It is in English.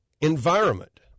environment